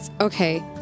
Okay